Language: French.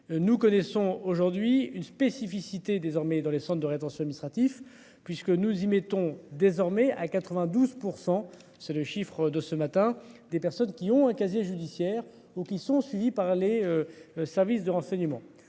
Nous connaissons aujourd'hui une spécificité désormais dans les Centres de rétention illustratif puisque nous y mettons désormais à 92% c'est le chiffre de ce matin, des personnes qui ont un casier judiciaire ou qui sont suivis par les. Services de renseignement.